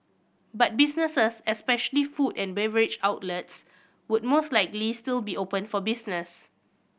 but businesses especially food and beverage outlets would most likely still be open for business